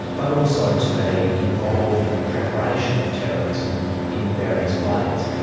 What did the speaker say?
but also to be involved in the preparation of terrorism in various ways.